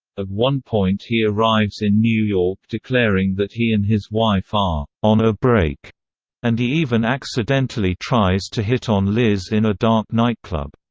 at one point he arrives in new york declaring that he and his wife are on a break and he even accidentally tries to hit on liz in a dark nightclub.